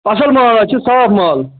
اَصٕل مال حظ چھُ صاف مال